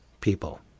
people